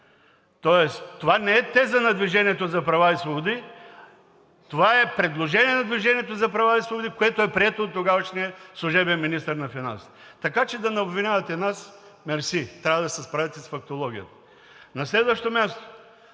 теза. Това не е тезата на „Движение за права и свободи“, това е предложение на „Движение за права и свободи“, което е прието от тогавашния служебен министър на финансите, така че да ни обвинявате нас – мерси, трябва да се справите с фактологията. На следващо място,